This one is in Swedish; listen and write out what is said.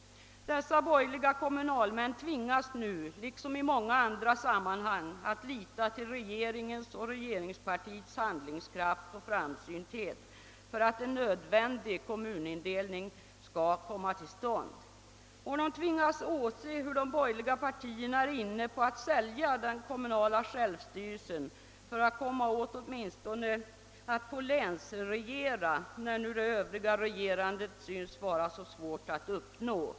Dessa borgerliga kommunalmän tvingas nu, liksom i många andra sammanhang, att lita till regeringens och regeringspartiets handlingskraft och framsynthet för att en nödvändig kommunindelning skall komma till stånd. Och de tvingas åse hur de borgerliga partierna är inne på att sälja den kommunala självstyrelsen för att komma åt att åtminstone få länsregera, när nu det övriga regerandet synes vara så svårt att uppnå.